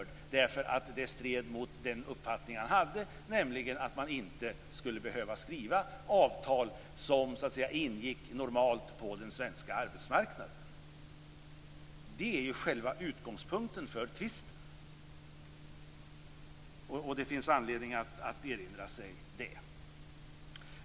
Det stred mot den uppfattning han hade, nämligen att man inte skulle behöva skriva avtal som så att säga ingick normalt på den svenska arbetsmarknaden. Det är själva utgångspunkten för tvisten. Det finns anledning att erinra sig det.